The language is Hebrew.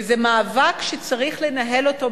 וזה מאבק שצריך לנהל אותו,